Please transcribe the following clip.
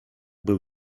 był